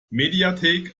mediathek